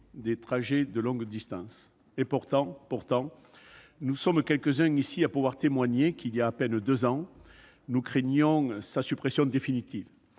des trajets de longue distance. Pourtant, nous sommes quelques-uns ici à pouvoir en témoigner, il y a à peine deux ans, nous redoutions sa suppression définitive.